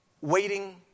waiting